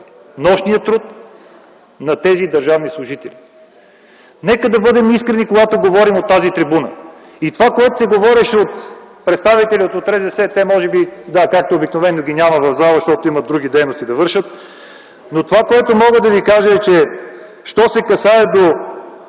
нощният труд на тези държавни служители. Нека да бъдем искрени, когато говорим от тази трибуна! Това, което се говореше от представителя на РЗС, те, както обикновено ги няма в залата, защото имат да вършат други дейности. Това, което мога да ви кажа, е, що се касае до